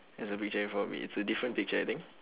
there's a picture in front of me it's a different picture I think